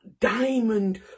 diamond